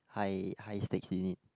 high high stakes in it